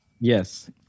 Yes